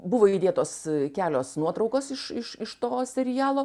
buvo įdėtos kelios nuotraukos iš iš iš to serialo